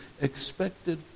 expected